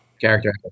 character